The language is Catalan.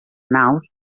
naus